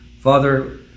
Father